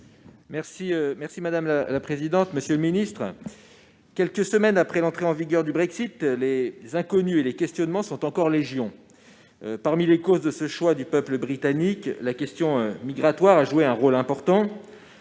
M. Guillaume Gontard. Monsieur le secrétaire d'État, quelques semaines après l'entrée en vigueur du Brexit, les inconnues et les questionnements sont encore légion. Parmi les causes de ce choix du peuple britannique, la question migratoire a joué un rôle important.